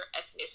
ethnicity